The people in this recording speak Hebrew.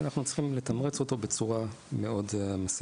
ואנחנו צריכים לתמרץ אותו בצורה מאוד מסיבית.